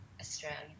Australian